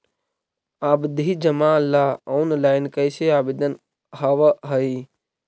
आवधि जमा ला ऑनलाइन कैसे आवेदन हावअ हई